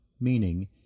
meaning